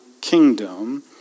kingdom